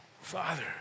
Father